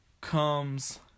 comes